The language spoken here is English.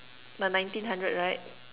the nineteen hundred right